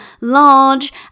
large